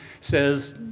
says